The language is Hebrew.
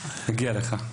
מגיע לך.